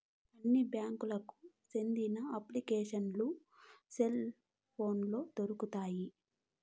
అన్ని బ్యాంకులకి సెందిన అప్లికేషన్లు సెల్ పోనులో దొరుకుతాయి